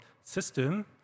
system